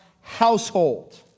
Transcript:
household